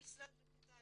למשרד הקליטה